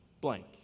blank